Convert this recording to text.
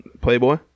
Playboy